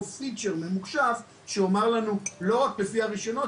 פיצ'ר ממוחשב שיאמר לנו לא רק לפי הרישיונות,